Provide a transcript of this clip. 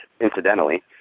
incidentally